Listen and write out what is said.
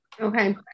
Okay